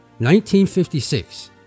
1956